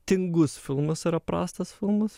tingus filmas yra prastas filmas